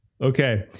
Okay